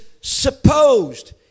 supposed